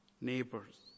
neighbors